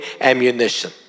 ammunition